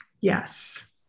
Yes